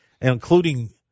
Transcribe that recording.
including